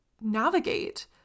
navigate